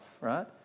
right